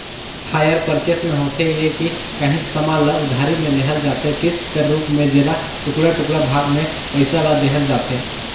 hire purchase में होथे ए कि काहींच समान ल उधारी में लेहल जाथे किस्त कर रूप में जेला टुड़का टुड़का भाग में पइसा ल देहल जाथे